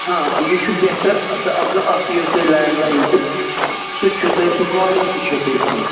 آ یہِ چھُ بہتر تہٕ اَفضل اَتھ یِیَو تۄہہِ لینٛڈ لاین تہِ سُہ تہِ چھُو تۅہہِ سُہ کالنٛگ تہِ چھَو تۄہہِ فرٛی